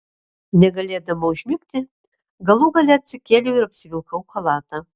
negalėdama užmigti galų gale atsikėliau ir apsivilkau chalatą